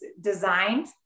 designed